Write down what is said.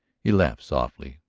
he laughed softly,